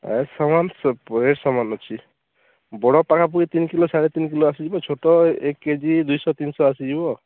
ଏ ସମାନ ଏ ସମାନ ଅଛି ବଡ଼ ପାଖା ପୁଖି ତିନି କିଲୋ ସାଢ଼େ ତିନି କିଲୋ ଆସିଯିବ ଛୋଟ ଏକ କେଜି ଦୁଇ ଶହ ତିନି ଶହ ଆସିଯିବ